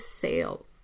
sales